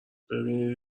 ببینید